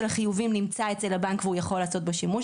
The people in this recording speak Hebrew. החיובים נמצא אצל הבנק והוא יכול לעשות בו שימוש.